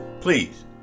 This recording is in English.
please